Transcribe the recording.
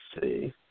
see